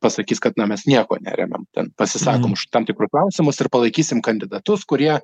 pasakys kad na mes nieko neremiam ten pasisakom už tam tikrus klausimus ir palaikysim kandidatus kurie